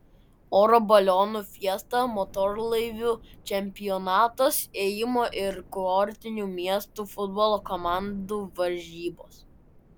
oro balionų fiesta motorlaivių čempionatas ėjimo ir kurortinių miestų futbolo komandų varžybos